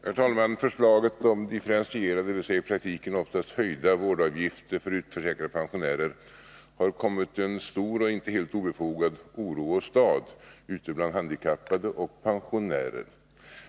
Herr talman! Förslaget om differentierade, dvs. i praktiken oftast höjda, vårdavgifter för utförsäkrade pensionärer har kommit en stor och inte helt obefogad oro åstad bland handikappade och pensionärer.